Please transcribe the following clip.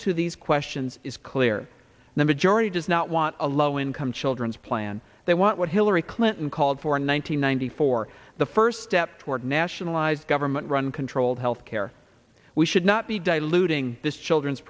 to these questions is clear the majority does not want a low income children's plan they want what hillary clinton called for in one thousand nine hundred four the first step toward nationalized government run controlled health care we should not be diluting this children's